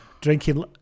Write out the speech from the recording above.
Drinking